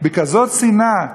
בכזאת שנאה.